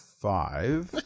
five